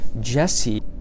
Jesse